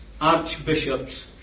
archbishops